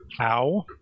Ow